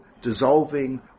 dissolving